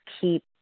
keep